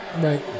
Right